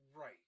right